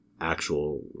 actual